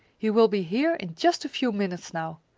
he will be here in just a few minutes, now.